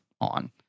on